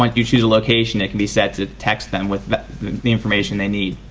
like you choose a location it can be set to text them with the information they need.